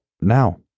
now